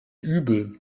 übel